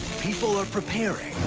people are preparing,